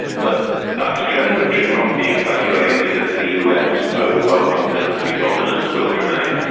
but that's a trend should not be exaggerated as the us overwhelming military dominance will remain.